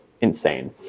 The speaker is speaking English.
insane